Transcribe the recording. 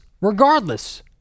regardless